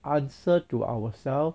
answer to ourselves